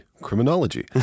Criminology